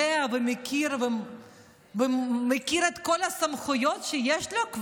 יודע ומכיר את כל הסמכויות שכבר יש לו.